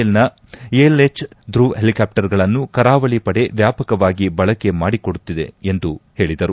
ಎಲ್ನ ALH Dhruv ಹೆಲಿಕಾಪ್ತರ್ಗಳನ್ನು ಕರಾವಳಿ ಪಡೆ ವ್ಯಾಪಕವಾಗಿ ಬಳಕೆ ಮಾಡಿಕೊಳ್ಳುತ್ತಿದೆ ಎಂದು ಹೇಳಿದರು